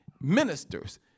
ministers